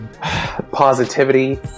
positivity